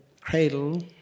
cradle